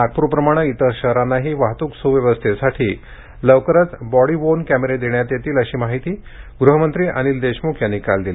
नागपूरप्रमाणे इतर शहरांनाही वाहतूक सुव्यवस्थेसाठी लवकरच बॉडी वोर्न कॅमेरे देण्यात येतील अशी माहिती गृहमंत्री अनिल देशमुख यांनी काल दिली